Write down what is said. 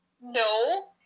No